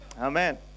amen